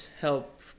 help